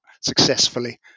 successfully